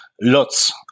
lots